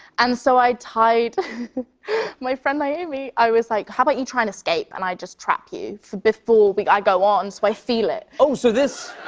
and so i tied my friend naomi. i was like, how about you try and escape, and i just trap you before like i go on, so i feel it? oh, so this